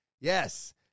Yes